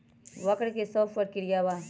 वक्र कि शव प्रकिया वा?